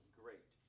great